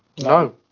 No